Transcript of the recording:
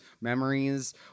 memories